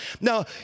Now